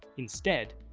instead,